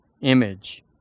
image